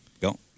go